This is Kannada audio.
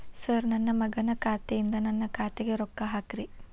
ಸರ್ ನನ್ನ ಮಗನ ಖಾತೆ ಯಿಂದ ನನ್ನ ಖಾತೆಗ ರೊಕ್ಕಾ ಹಾಕ್ರಿ